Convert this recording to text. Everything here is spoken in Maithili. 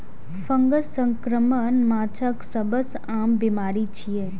फंगस संक्रमण माछक सबसं आम बीमारी छियै